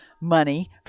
money